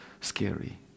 scary